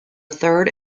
third